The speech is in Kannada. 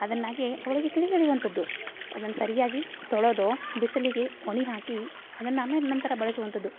ಅದನ್ನಾಗೆ ಅವಳಿಗೆ ತಿಳಿ ಹೇಳುವಂಥದ್ದು ಅದನ್ನು ಸರಿಯಾಗಿ ತೊಳೆದು ಬಿಸಿಲಿಗೆ ಒಣ ಹಾಕಿ ಅದನ್ನು ಆಮೇಲೆ ನಂತರ ಬಳಸುವಂಥದ್ದು